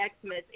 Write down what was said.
Xmas